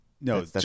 No